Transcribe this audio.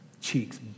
cheeks